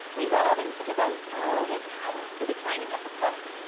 resolving to devote all his powers to the training of the pup.